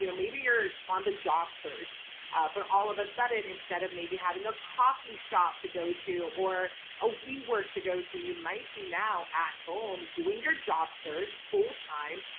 you know maybe you're on the job search but all of a sudden, instead of maybe having a coffee shop to go to, or a we work to go to. you might be now at home doing your job search full time,